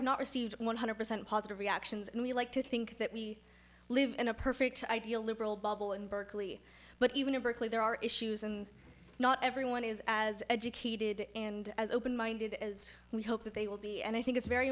i've not received one hundred percent positive reactions and we like to think that we live in a perfect ideal liberal bubble in berkeley but even in berkeley there are issues and not everyone is as educated and as open minded as we hope that they will be and i think it's very